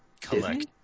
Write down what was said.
Collect